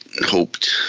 hoped